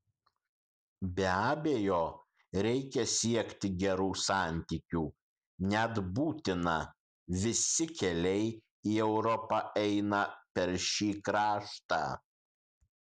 be abejo reikia siekti gerų santykių net būtina visi keliai į europą eina per šį kraštą